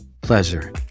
Pleasure